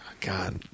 god